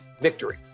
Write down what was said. victory